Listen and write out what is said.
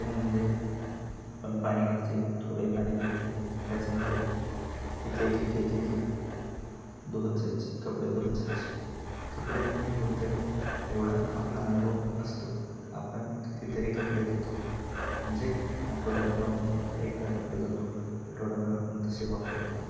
ते म्हणजे आपण पाणी घ्यायचे थोडे पाणी घ्यायचे त्याच्यामध्ये एक एक एक एक एक एक धुवत जायचे कपडे धुवत जायचे कपडे धुण्याबद्दल एवढा आपला अनुभव नसतो आपण कधीतरी कपडे धुतो म्हणजे आठवड्यातून आपण एकदा कपडे धुतो आठवडाभर आपण तसे वापरतो